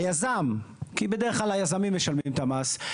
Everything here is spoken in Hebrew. היזם כי בדרך כלל היזמים משלמים את המס,